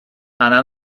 она